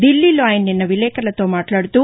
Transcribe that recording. ఢిల్లీలో ఆయన నిన్న విలేకర్లతో మాట్లాడుతూ